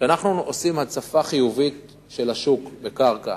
כשאנחנו עושים הצפה חיובית של השוק בקרקע,